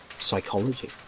Psychology